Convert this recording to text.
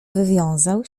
wywiązał